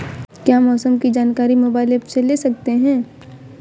क्या मौसम की जानकारी मोबाइल ऐप से ले सकते हैं?